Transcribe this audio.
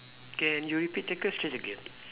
can you repeat the question again